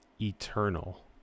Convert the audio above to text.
eternal